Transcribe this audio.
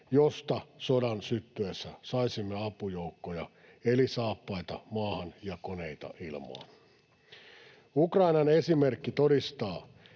josta sodan syttyessä saisimme apujoukkoja eli saappaita maahan ja koneita ilmaan. Ukrainan esimerkki todistaa,